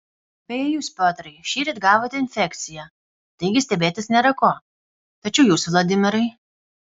beje jūs piotrai šįryt gavote injekciją taigi stebėtis nėra ko tačiau jūs vladimirai